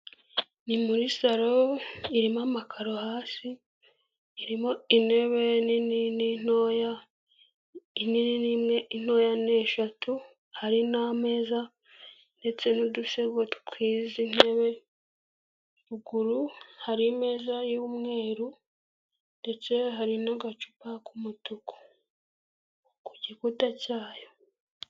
Ni muri salo irimo amakaro hasi, irimo intebe nini n'intoya, inini ni imwe intoya ni eshatu hari n'ameza ndetse n'udusego tw'izi ntebe, ruguru hari imeza y'umweru ndetse hari n'agacupa k'umutuku ku gikuta cyayo.